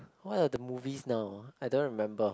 what are the movies now I don't remember